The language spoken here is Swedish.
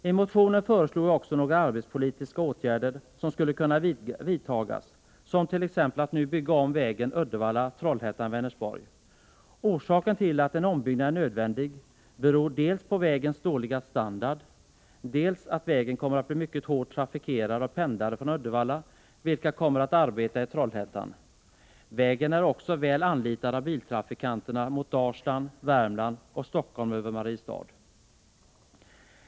I motionen föreslog jag också några arbetsmarknadspolitiska åtgärder som skulle kunna vidtagas, t.ex. att nu bygga om vägen Uddevalla-Trollhättan— Vänersborg. Orsaken till att en ombyggnad är nödvändig är dels vägens dåliga standard, dels att vägen kommer att bli mycket hårt trafikerad av pendlare från Uddevalla som kommer att arbeta i Trollhättan. Vägen är också väl utnyttjad av biltrafikanterna mot Dalsland, Värmland och Stockholm över Mariestad.